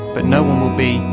but no one will be,